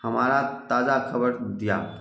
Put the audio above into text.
हमरा ताजा खबर दिअ